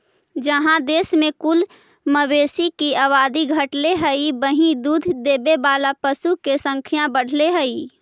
जहाँ देश में कुल मवेशी के आबादी घटले हइ, वहीं दूध देवे वाला पशु के संख्या बढ़ले हइ